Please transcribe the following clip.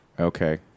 okay